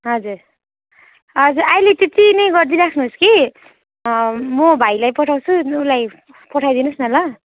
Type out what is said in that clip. हजुर हजुर अहिले त्यति नै गरिदिइराख्नु होस् कि म भाइलाई पठाउँछु उसलाई पठाइदिनु होस् न ल